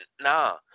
nah